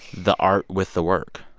the art with the work?